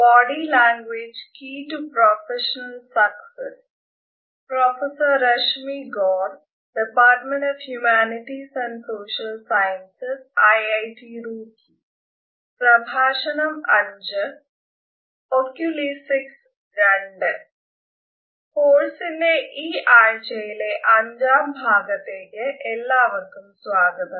കോഴ്സിന്റെ ഈ ആഴ്ചയിലെ അഞ്ചാം ഭാഗത്തേക്ക് ഏവർക്കും സ്വാഗതം